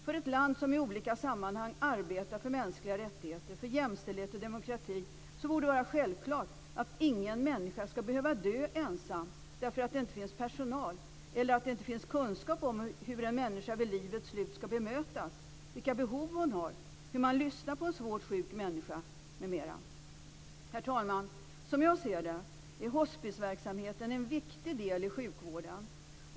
För ett land som i olika sammanhang arbetar för mänskliga rättigheter, jämställdhet och demokrati borde det vara självklart att ingen människa skall behöva dö ensam därför att det inte finns personal eller för att det inte finns kunskap om hur en människa vid livets slut skall bemötas, vilka behov hon har, hur man lyssnar på en svårt sjuk människa m.m. Herr talman! Som jag ser det är hospisverksamheten en viktig del i sjukvården.